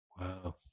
Wow